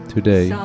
today